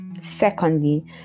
Secondly